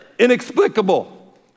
Inexplicable